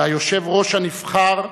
ואת היושב-ראש הנבחר,